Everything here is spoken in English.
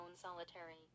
solitary